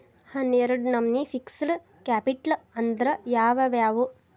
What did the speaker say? ಹನ್ನೆರ್ಡ್ ನಮ್ನಿ fixed capital ಅಂದ್ರ ಯಾವವ್ಯಾವು?